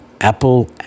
Apple